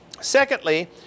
Secondly